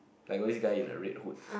like got this guy in a red hood